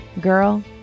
girl